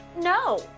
no